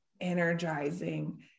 energizing